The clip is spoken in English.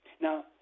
Now